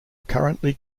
currently